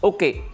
Okay